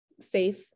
safe